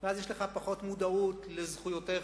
ואז יש לך פחות מודעות לזכויותיך,